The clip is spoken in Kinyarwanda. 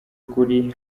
kuri